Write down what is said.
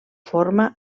forma